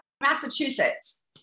Massachusetts